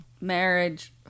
marriage